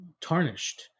tarnished